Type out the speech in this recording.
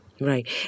Right